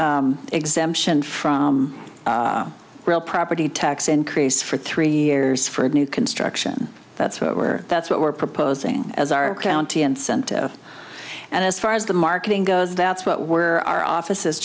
exemption from real property tax increase for three years for new construction that's what we're that's what we're proposing as our county incentive and as far as the marketing goes that's what were our offices